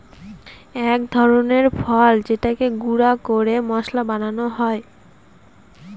এক ধরনের ফল যেটাকে গুঁড়া করে মশলা বানানো হয়